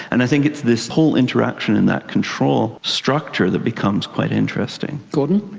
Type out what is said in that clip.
and i think it's this whole interaction in that control structure that becomes quite interesting. gordon?